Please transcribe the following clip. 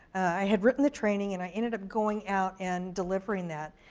i had written the training, and i ended up going out and delivering that,